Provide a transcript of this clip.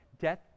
death